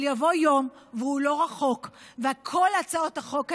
אבל יבוא יום, והוא לא רחוק, וכל הצעות החוק האלה,